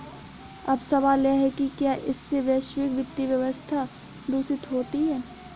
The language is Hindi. अब सवाल यह है कि क्या इससे वैश्विक वित्तीय व्यवस्था दूषित होती है